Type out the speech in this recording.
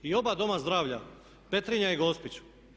I oba Doma zdravlja Petrinja i Gospić.